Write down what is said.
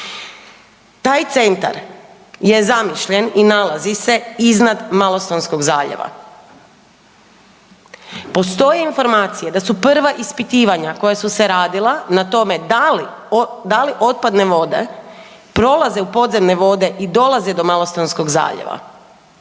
Taj centar je zamišljen i nalazi se iznad Malostonskog zaljeva. Postoje informacije da su prva ispitivanja koja su se radila na tome da li otpadne vode prolaze u podzemne vode i dolaze do Malostonskog zaljeva